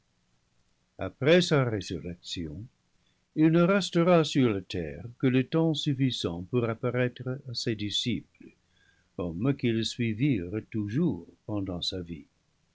après sa résurrection il ne restera sur la terre que le temps suffisant pour apparaître à ses disciples hommes qui le sui virent toujours pendant sa vie